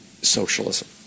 socialism